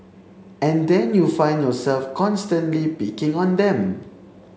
and then you find yourself constantly picking on them